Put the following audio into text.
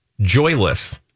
joyless